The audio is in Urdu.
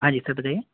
ہاں جی سر بتائیے